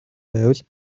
байвал